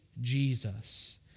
Jesus